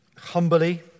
humbly